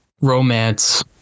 romance